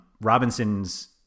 Robinson's